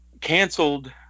canceled